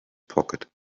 pocket